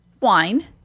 wine